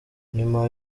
nyuma